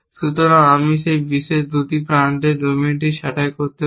সুতরাং আমি সেই বিশেষ 2 প্রান্তের ডোমেনটি ছাঁটাই করতে পারি